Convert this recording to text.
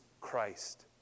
Christ